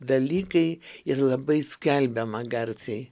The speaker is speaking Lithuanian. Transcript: dalykai ir labai skelbiama garsiai